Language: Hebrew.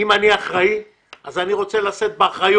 אם אני אחראי אז אני רוצה גם לנהל את העסק.